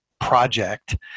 Project